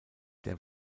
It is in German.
der